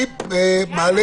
אני מעלה